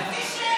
אנטישמי אחד.